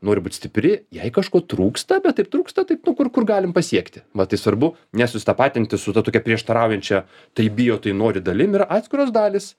nori būt stipri jai kažko trūksta bet taip trūksta taip nu kur kur galim pasiekti va tai svarbu nesusitapatinti su ta tokia prieštaraujančia tai bijo tai nori dalim yra atskiros dalys